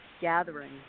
gathering